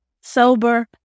sober